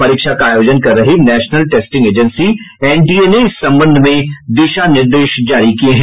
परीक्षा का आयोजन कर रही नेशनल टेस्टिंग एजेंसी एनटीए ने इस संबंध में दिशा निर्देश जारी किये हैं